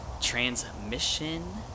Transmission